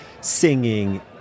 singing